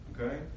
Okay